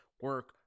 Work